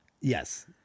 Yes